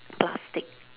plastic